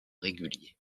réguliers